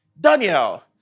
Daniel